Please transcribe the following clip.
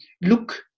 look